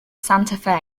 santa